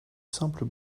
simple